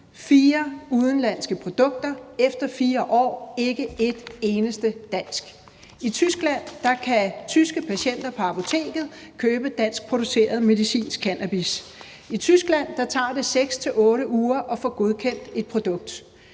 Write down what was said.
fire udenlandske produkter – og efter 4 år ikke ét eneste dansk. I Tyskland kan tyske patienter på apoteket købe danskproduceret medicinsk cannabis. I Tyskland tager det 6-8 uger at få godkendt et produkt.